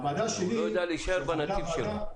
הוועדה שלי --- הוא לא יודע להישאר בנתיב שלו.